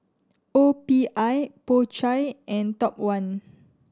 O P I Po Chai and Top One